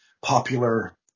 popular